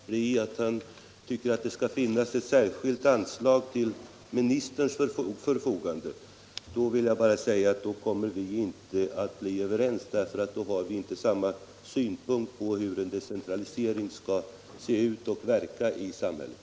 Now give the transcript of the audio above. Herr talman! Om herr Wictorssons insats i decentraliseringsutredningen kommer att bli att han tycker att det skall finnas ett särskilt anslag till ministerns förfogande, vill jag bara säga att vi inte kommer att bli överens. Då har vi inte samma syn på hur en decentralisering av vårt samhälle skall genomföras.